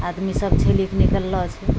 आदमीसब झेलिकऽ निकललऽ छै